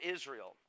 Israel